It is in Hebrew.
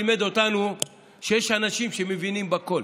שיש אנשים שמבינים בכול